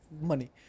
money